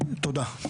תודה.